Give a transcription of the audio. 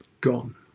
gone